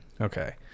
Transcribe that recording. Okay